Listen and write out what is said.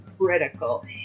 critical